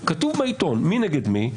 כתוב בעיתון מי נגד מי,